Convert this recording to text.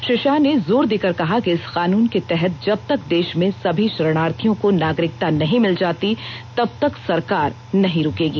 श्री शाह ने जोर देकर कहा कि इस कानून के तहत जब तक देश में सभी शरणार्थियों को नागरिकता नहीं मिल जाती तब तक सरकार नहीं रुकेगी